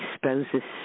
exposes